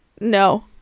no